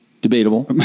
debatable